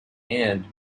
and